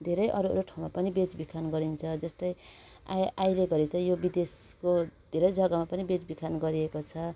धेरै अरूअरू ठाउँमा पनि बेचबिखन गरिन्छ जस्तै आइ अहिलेघरि त यो विदेशको धेरै जग्गामा पनि बेचबिखन गरिएको छ